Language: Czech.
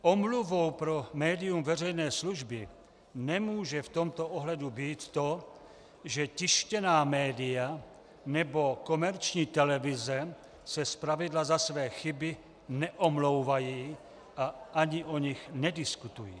Omluvou pro médium veřejné služby nemůže v tomto ohledu být to, že tištěná média nebo komerční televize se zpravidla za své chyby neomlouvají a ani o nich nediskutují.